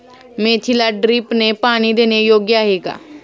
मेथीला ड्रिपने पाणी देणे योग्य आहे का?